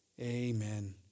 Amen